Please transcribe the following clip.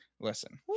Listen